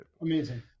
amazing